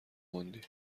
موندی